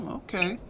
okay